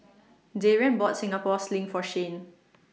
Darrian bought Singapore Sling For Shane